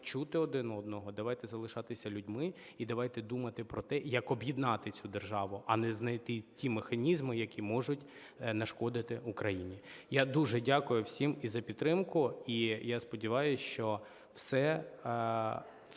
чути один одного, давайте залишатися людьми і давайте думати про те, як об'єднати цю державу, а не знаходити ті механізми, які можуть нашкодити Україні. Я дуже дякую всім і за підтримку, і я сподіваюсь, що всі